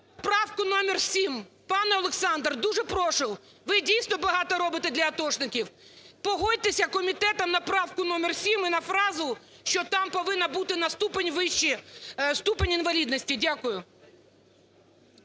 правку номер 7. Пане Олександр, дуже прошу, ви, дійсно, багато робите для атошників. Погодьтеся комітетом на правку номер 7 і на фразу, що там повинно бути на ступінь вище ступінь інвалідності. Дякую.